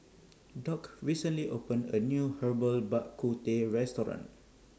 Doc recently opened A New Herbal Bak Ku Teh Restaurant